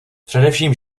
především